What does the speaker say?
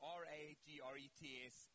r-a-g-r-e-t-s